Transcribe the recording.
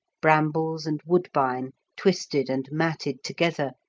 brambles and woodbine twisted and matted together,